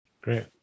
Great